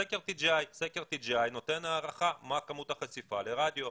סקר TGI נותן הערכה מה כמות החשיפה לרדיו.